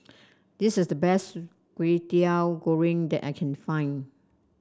this is the best Kway Teow Goreng that I can find